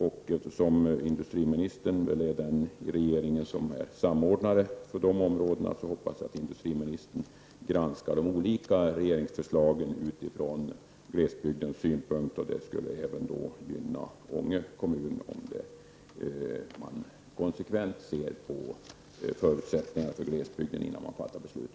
Och industriministern är väl samordnare för dessa områden i regeringen. Jag hoppas därför att industriministern granskar de olika regeringsförslagen utifrån glesbygdens synpunkt. Det skulle även gynna Ånge kommun om beslutsfattarna konsekvent såg på förutsättningarna för glesbygden innan de fattar beslut.